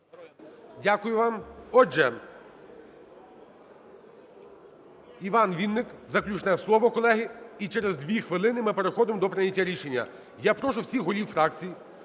Дякую вам. Отже, Іван Вінник, заключне слово, колеги. І через 2 хвилини ми переходимо до прийняття рішення. Я прошу всіх голів фракцій